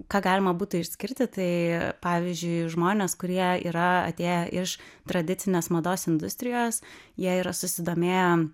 ką galima būtų išskirti tai pavyzdžiui žmonės kurie yra atėję iš tradicinės mados industrijos jie yra susidomėję